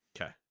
Okay